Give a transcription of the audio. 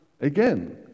Again